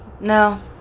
No